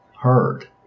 heard